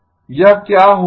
यह क्या होता